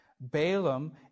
Balaam